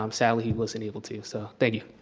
um sadly, he wasn't able to, so thank you.